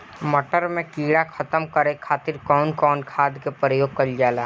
मटर में कीड़ा खत्म करे खातीर कउन कउन खाद के प्रयोग कईल जाला?